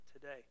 today